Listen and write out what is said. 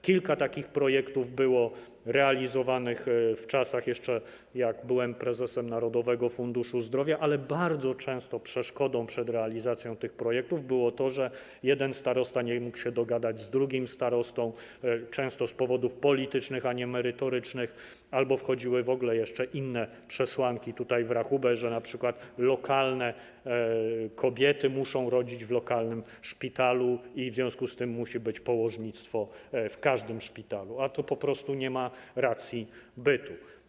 Kilka takich projektów było realizowanych w jeszcze czasach, jak byłem prezesem Narodowego Funduszu Zdrowia, ale bardzo często przeszkodą w realizacji tych projektów było to, że jeden starosta nie mógł się dogadać z drugim starostą, często z powodów politycznych, a nie merytorycznych, albo wchodziły w ogóle jeszcze inne przesłanki w rachubę, że np. lokalne kobiety muszą rodzić w lokalnym szpitalu, w związku z czym położnictwo musi być w każdym szpitalu, a to po prostu nie ma racji bytu.